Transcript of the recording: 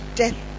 death